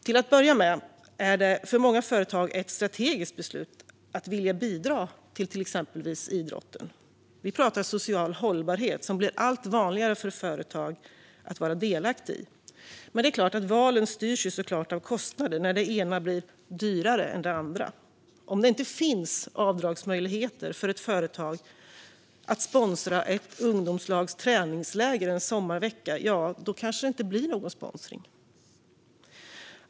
Till att börja med är det för många företag ett strategiskt beslut att bidra till exempelvis idrotten. Vi pratar då om social hållbarhet, vilket det blir allt vanligare för företag att vara delaktiga i. Men valen styrs såklart av kostnader när det ena blir "dyrare" än det andra. Om det inte finns avdragsmöjligheter för det företag som sponsrar ett ungdomslags träningsläger en sommarvecka - ja, då kanske det inte blir någon sponsring.